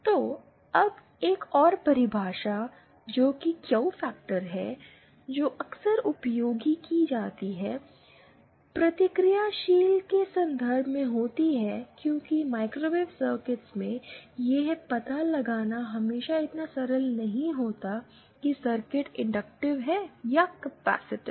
तो अब एक और परिभाषा जो कि क्यू फैक्टर है जो अक्सर उपयोग की जाती है प्रतिक्रियाशील के संदर्भ में होती है क्योंकि माइक्रोवेव सर्किट में यह पता लगाना हमेशा इतना सरल नहीं होता है कि सर्किट इंडक्टिव है या कैपेसिटिव